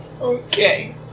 Okay